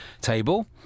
table